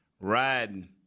riding